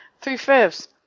three-fifths